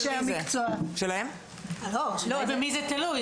השאלה במי זה תלוי.